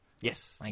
Yes